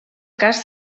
cas